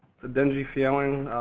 it's a dingy feeling,